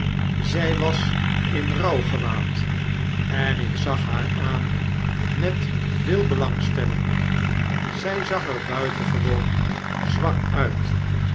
zij was in rouwgewaad en ik zag haar aan met veel belangstelling zy zag er buitengewoon zwak uit